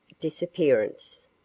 Disappearance